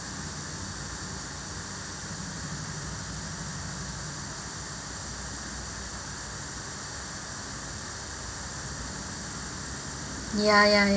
ya ya ya